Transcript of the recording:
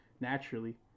naturally